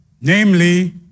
namely